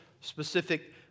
specific